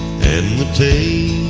the t